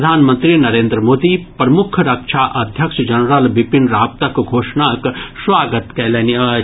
प्रधानमंत्री नरेन्द्र मोदी प्रमुख रक्षा अध्यक्ष जनरल बिपिन रावतक घोषणाक स्वागत कयलनि अछि